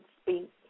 Speak